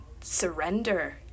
surrender